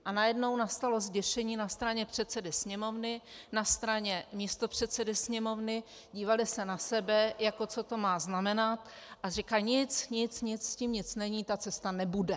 A najednou nastalo zděšení na straně předsedy Sněmovny, na straně místopředsedy Sněmovny, dívali se na sebe, jako co to má znamenat, a říkali: Nic, nic, s tím nic není, ta cesta nebude.